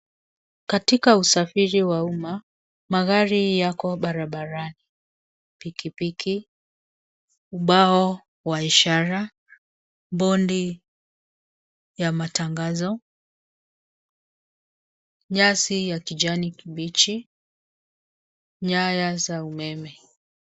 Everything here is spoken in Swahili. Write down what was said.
Katika usafiri wa umma magari yako barabarani, pikipiki, ubao wa ishara bonde ni ya matangazo, ya kijani mbichi, nyaya za umeme.